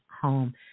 home